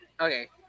Okay